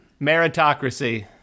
meritocracy